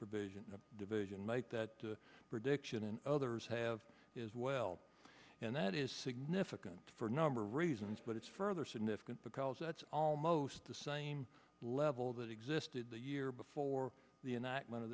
provision division make that prediction and others have is well and that is significant for a number of reasons but it's further significant because that's almost the same level that existed the year before the enactment of